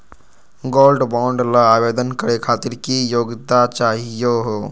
Gold bond ल आवेदन करे खातीर की योग्यता चाहियो हो?